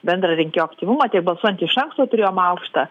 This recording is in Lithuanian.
bendrą rinkėjų aktyvumą tiek balsuojant iš anksto turėjom aukštą